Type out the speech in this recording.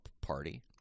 party